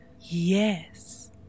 Yes